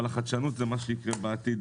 אבל החדשנות זה מה שיקרה בעתיד.